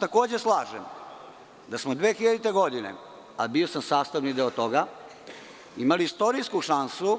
Takođe se slažem da smo 2000. godine, a bio sam sastavni deo toga, imali istorijsku šansu